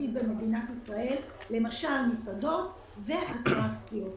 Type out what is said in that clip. במדינת ישראל כמו מסעדות ואטרקציות.